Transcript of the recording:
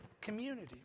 community